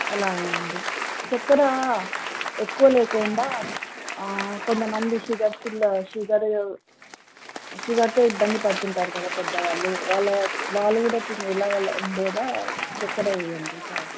అలాగే అండి చక్కెర ఎక్కువ లేకుండా కొంతమంది షుగర్ వల్ల షుగర్ షుగర్తో ఇబ్బంది పడుతుంటారు కదా పెద్దవాళ్ళు వాళ్ళ వాళ్ళు కూడా తినగలిగేలా చక్కెర వెయ్యండి చాలు